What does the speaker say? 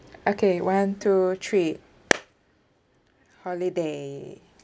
okay one two three holiday